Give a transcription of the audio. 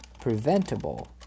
preventable